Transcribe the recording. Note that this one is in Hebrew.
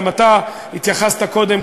שגם אתה התייחסת קודם,